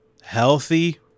healthy